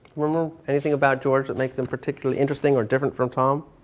remember anything about george that makes him particularly interesting or different from tom?